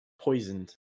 poisoned